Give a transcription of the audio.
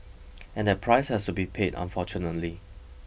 and that price has to be paid unfortunately